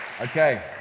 Okay